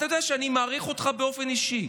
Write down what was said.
אתה יודע שאני מעריך אותך באופן אישי.